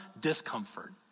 discomfort